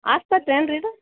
ಆಸ್ಪತ್ರೆ ಏನು ರೀ ಇದು